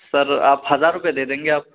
سر آپ ہزار روپئے دے دیں گے آپ